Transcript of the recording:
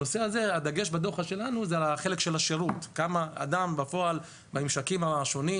הדגש בדוח שלנו הוא על החלק של השירות בממשקים השונים: